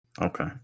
Okay